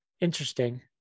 Interesting